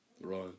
right